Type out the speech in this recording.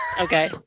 Okay